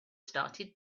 started